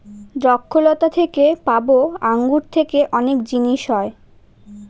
দ্রক্ষলতা থেকে পাবো আঙ্গুর থেকে অনেক জিনিস হয়